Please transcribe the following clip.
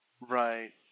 Right